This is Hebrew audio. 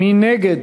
מי נגד?